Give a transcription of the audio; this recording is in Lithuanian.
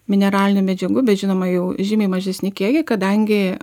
mineralinių medžiagų bet žinoma jau žymiai mažesni kiekiai kadangi